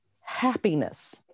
happiness